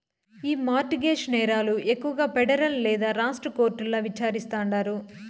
ఈ mortgage నేరాలు ఎక్కువగా పెడరల్ లేదా రాష్ట్ర కోర్టుల్ల విచారిస్తాండారు